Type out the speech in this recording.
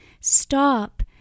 stop